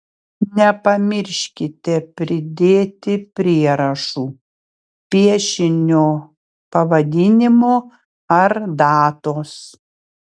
nepamirškite pridėti prierašų piešinio pavadinimo ar datos